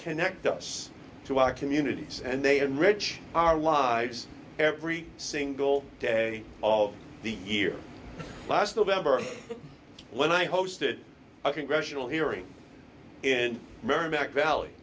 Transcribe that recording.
connect us to our communities and they enrich our lives every single day of the year last november when i hosted a congressional hearing in merrimack valley